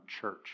church